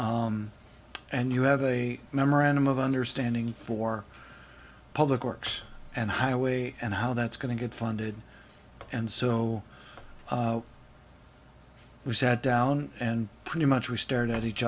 alignment and you have a memorandum of understanding for public works and highway and how that's going to get funded and so we sat down and pretty much we stared at each